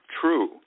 true